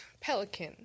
pelican